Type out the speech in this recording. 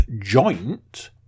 joint